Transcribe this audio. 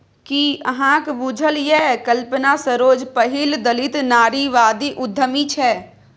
कि अहाँक बुझल यै कल्पना सरोज पहिल दलित नारीवादी उद्यमी छै?